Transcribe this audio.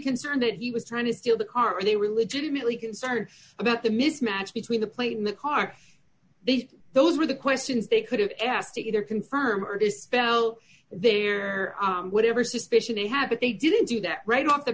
concerned that he was trying to steal the car they were legitimately concerned about the mismatch between the plate and the car this those were the questions they could have asked to either confirm or dispel their whatever suspicion a had but they didn't do that right off the